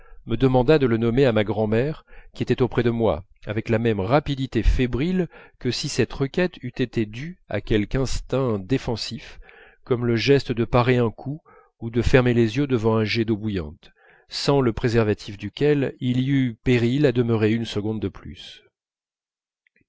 me demanda de le nommer à ma grand'mère qui était auprès de moi avec la même rapidité fébrile que si cette requête eût été due à quelque instinct défensif comme le geste de parer un coup ou de fermer les yeux devant un jet d'eau bouillante et sans le préservatif de laquelle il y eût péril à demeurer une seconde de plus